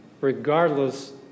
regardless